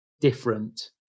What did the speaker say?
different